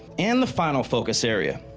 and the final focus area,